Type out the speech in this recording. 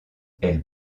elle